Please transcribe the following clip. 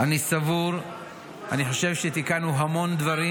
אני חושב שתיקנו המון דברים.